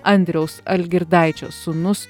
andriaus algirdaičio sūnus